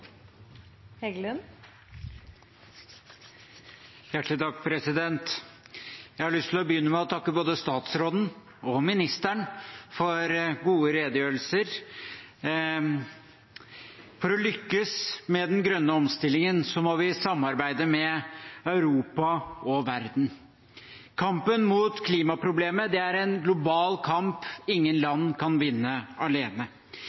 Jeg har lyst til å begynne med å takke både statsråden og utenriksministeren for gode redegjørelser. For å lykkes med den grønne omstillingen må vi samarbeide med Europa og verden. Kampen mot klimaproblemet er en global kamp ingen land kan vinne alene.